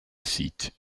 seat